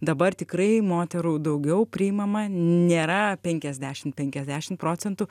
dabar tikrai moterų daugiau priimama nėra penkiasdešimt penkiasdešimt procentų